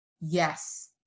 yes